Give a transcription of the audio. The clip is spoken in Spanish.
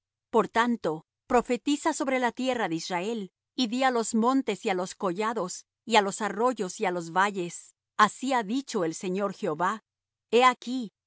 por tanto profetiza sobre la tierra de israel y di á los montes y á los collados y á los arroyos y á los valles así ha dicho el señor jehová he aquí